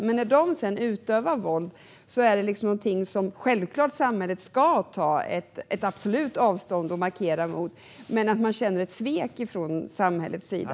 Men när de sedan utövar våld är det någonting som samhället självklart ska ta absolut avstånd från och markera mot, men de känner ett svek ifrån samhällets sida.